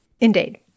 Indeed